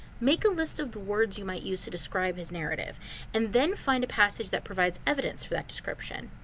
make a list of the words you might use to describe his narrative and then find a passage that provides evidence for that description.